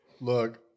Look